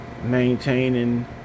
maintaining